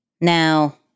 Now